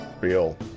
real